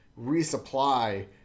resupply –